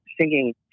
singing